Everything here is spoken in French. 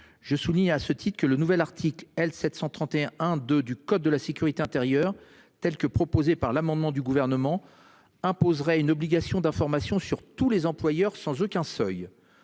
Je souligne à ce titre que le nouvel article L. 731 1 2 du code de la sécurité intérieure telle que proposée par l'amendement du gouvernement imposerait une obligation d'information sur tous les employeurs sans aucun seuil.